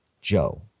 Joe